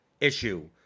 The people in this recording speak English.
issue